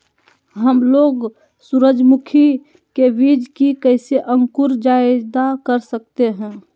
हमलोग सूरजमुखी के बिज की कैसे अंकुर जायदा कर सकते हैं?